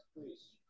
please